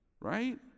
right